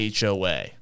HOA